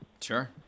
Sure